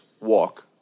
walk